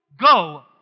Go